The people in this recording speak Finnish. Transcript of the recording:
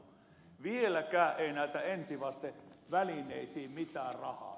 vieläkään ei ole ensivastevälineisiin mitään rahaa